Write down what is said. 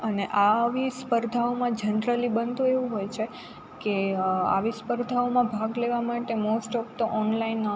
અને આવી સ્પર્ધાઓમાં જનરલી બનતું એવું હોય છે કે આવી સ્પર્ધાઓમાં ભાગ લેવા માટે મોસ્ટ ઓફ તો ઓનલાઈન